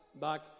back